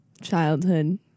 Childhood